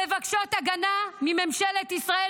מבקשות הגנה מממשלת ישראל,